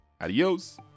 adios